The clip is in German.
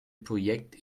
projekt